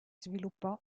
sviluppò